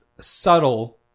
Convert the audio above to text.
subtle